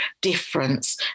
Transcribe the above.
difference